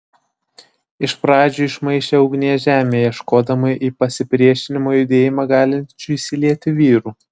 iš pradžių išmaišė ugnies žemę ieškodama į pasipriešinimo judėjimą galinčių įsilieti vyrų